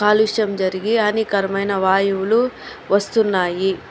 కాలుష్యం జరిగి హానికరమైన వాయువులు వస్తున్నాయి